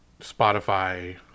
Spotify